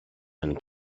and